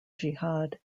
jihad